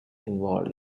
involved